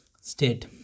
state